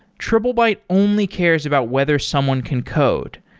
triplebyte only cares about whether someone can code.